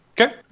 Okay